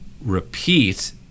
repeat